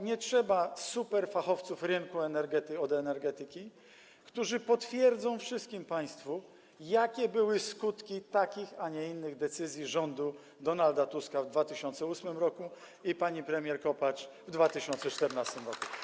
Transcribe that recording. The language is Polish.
Nie trzeba superfachowców od rynku energetyki, którzy potwierdzą wszystkim państwu, jakie były skutki takich, a nie innych decyzji rządu Donalda Tuska w 2008 r. i pani premier Kopacz w 2014 r.